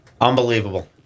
Unbelievable